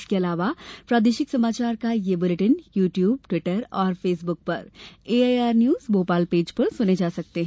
इसके अलावा प्रादेशिक समाचार बुलेटिन यू द्यूब ट्विटर और फेसबुक पर एआईआर न्यूज भोपाल पेज पर सुने जा सकते हैं